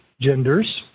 genders